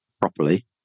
properly